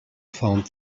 found